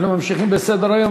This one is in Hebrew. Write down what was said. אנחנו ממשיכים בסדר-היום.